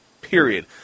period